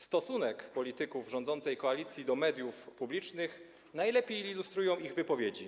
Stosunek polityków rządzącej koalicji do mediów publicznych najlepiej ilustrują ich wypowiedzi.